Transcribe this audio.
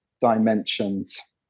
dimensions